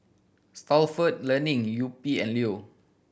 Stalford Learning Yupi and Leo